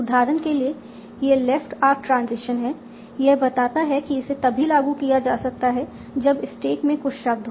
उदाहरण के लिए यह लेफ्ट ऑरक् ट्रांजीशन है यह बताता है कि इसे तभी लागू किया जा सकता है जब स्टैक में कुछ शब्द हो